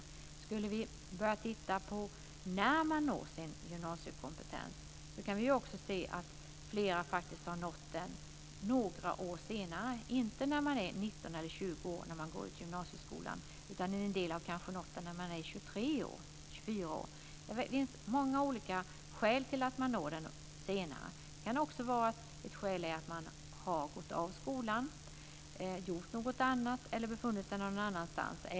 Om vi skulle börja titta på när man når sin gymnasiekompetens skulle vi också se att flera har nått den några år senare. Man har inte nått den när man är 19 eller 20 år och går ut gymnasieskolan, utan en del har kanske nått den när man är 23 eller 24 år. Det finns många olika skäl till att man når den senare. Ett skäl kan vara att man har hoppat av skolan, gjort något annat eller befunnit sig någon annanstans.